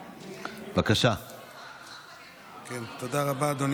ההודעה, אדוני